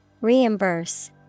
Reimburse